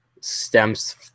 stems